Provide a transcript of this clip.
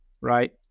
right